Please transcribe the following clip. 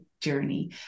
journey